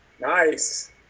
Nice